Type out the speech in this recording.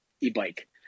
e-bike